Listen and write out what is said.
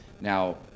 Now